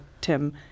Tim